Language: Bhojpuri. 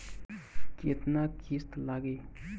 केतना किस्त लागी?